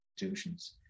institutions